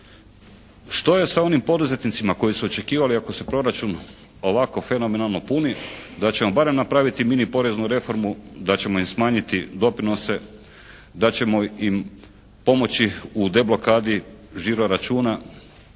Što je sa onim poduzetnicima koji su očekivali ako se proračun ovako fenomenalno puni da ćemo barem napraviti mini poreznu napraviti, da ćemo im smanjiti doprinose, da ćemo im pomoći u deblokadi žiroračuna?